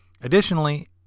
Additionally